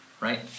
right